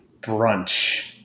brunch